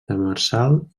demersal